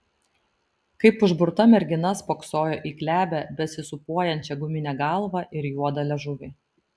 kaip užburta mergina spoksojo į glebią besisūpuojančią guminę galvą ir juodą liežuvį